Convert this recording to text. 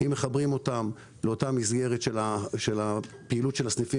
אם מחברים אותם לאותה מסגרת של פעילות הסניפים